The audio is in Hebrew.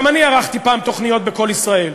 גם אני ערכתי פעם תוכניות ב"קול ישראל".